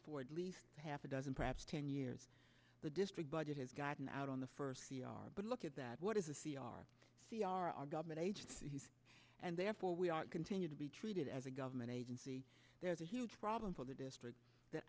for at least half a dozen perhaps ten years the district budget has gotten out on the first c r but look at that what is a c r c r our government agencies and therefore we are continue to be treated as a government agency there is a huge problem for the district that